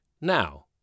Now